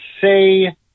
say